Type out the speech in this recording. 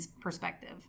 perspective